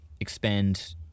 Expand